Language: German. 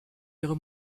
ihre